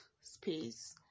space